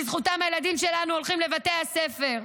בזכותם הילדים שלנו הולכים לבתי הספר.